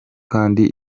kandi